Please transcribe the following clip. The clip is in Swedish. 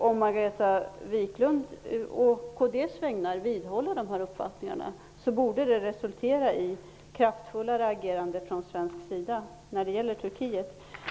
Om Margareta Viklund å kds vägnar vidhåller de nämnda uppfattningarna borde det resultera i kraftfullare agerande från svensk sida när det gäller Turkiet.